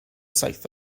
saith